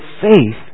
faith